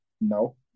No